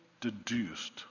deduced